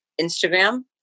Instagram